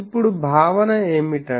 ఇప్పుడు భావన ఏమిటి